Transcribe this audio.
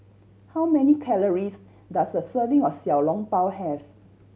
how many calories does a serving of Xiao Long Bao have